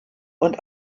und